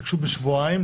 ביקשו בשבועיים,